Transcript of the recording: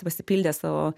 pasipildė savo